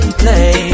play